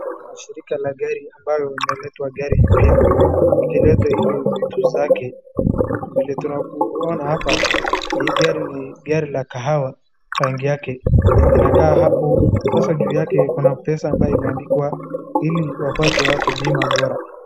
Kuna shirika la gari ambalo linaleta gari mpya. Ikileta ile vitu zake, vile tunaona hapa hii gari ni gari la kahawa rangi yake, inakaa hapo, sasa juu yake kuna pesa ambayo imeandikwa ili wapatie watu bima bora.